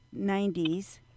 90s